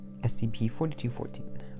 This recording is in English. SCP-4214